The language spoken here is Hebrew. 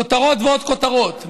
כותרות ועוד כותרות,